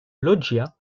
loggia